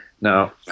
Now